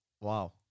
Wow